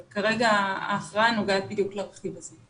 אבל כרגע ההכרעה נוגעת בדיוק לרכיב הזה.